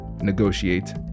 negotiate